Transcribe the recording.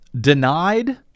denied